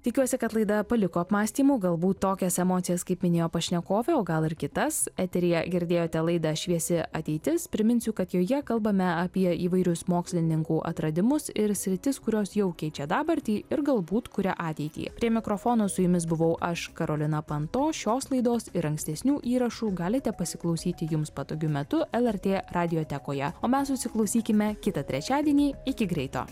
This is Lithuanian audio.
tikiuosi kad laida paliko apmąstymų galbūt tokias emocijas kaip minėjo pašnekovė o gal ir kitas eteryje girdėjote laidą šviesi ateitis priminsiu kad joje kalbame apie įvairius mokslininkų atradimus ir sritis kurios jau keičia dabartį ir galbūt kuria ateitį prie mikrofono su jumis buvau aš karolina panto šios laidos ir ankstesnių įrašų galite pasiklausyti jums patogiu metu lrt radiotekoje o mes susiklausykime kitą trečiadienį iki greito